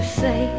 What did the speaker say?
say